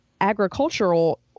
agricultural